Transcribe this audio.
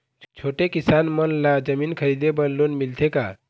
छोटे किसान मन ला जमीन खरीदे बर लोन मिलथे का?